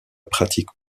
pratique